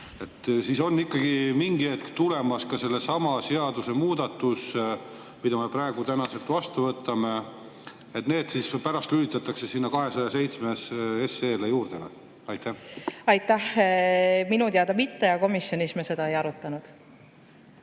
ehk on ikkagi mingi hetk tulemas ka [nende]samade seaduste muudatused, mis me praegu tõenäoliselt vastu võtame, ja need pärast lülitatakse sinna 207 SE‑le juurde või? Aitäh! Minu teada mitte ja komisjonis me seda ei arutanud.